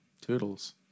Toodles